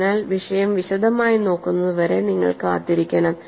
അതിനാൽ വിഷയം വിശദമായി നോക്കുന്നത് വരെ നിങ്ങൾ കാത്തിരിക്കണം